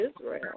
Israel